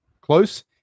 close